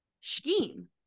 Scheme